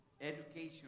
education